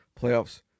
playoffs